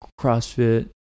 CrossFit